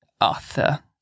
Arthur